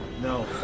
No